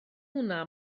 hwnna